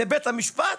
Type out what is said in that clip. לבית המשפט?